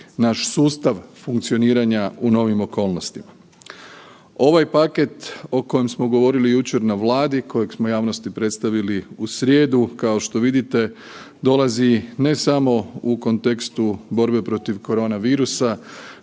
naš sustav funkcioniranja u novim okolnostima. Ovaj paket o kojem smo govorili jučer na Vladi, kojeg smo javnosti predstavili u srijedu, kao što vidite dolazi ne samo u kontekstu borbe protiv koronavirusa